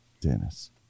Dennis